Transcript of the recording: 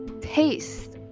taste